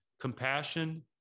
compassion